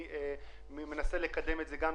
אני מנסה לקדם את זה דרך